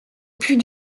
plus